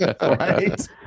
right